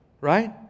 right